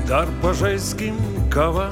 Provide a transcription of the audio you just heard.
dar pažaiskim kava